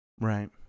Right